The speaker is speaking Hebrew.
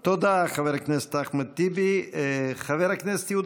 תודה, חבר הכנסת אחמד טיבי.